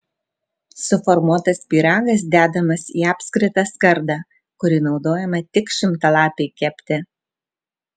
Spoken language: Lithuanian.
suformuotas pyragas dedamas į apskritą skardą kuri naudojama tik šimtalapiui kepti